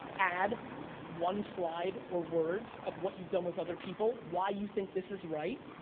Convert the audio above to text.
add one slide or words of what you've done with other people, why you think this is right.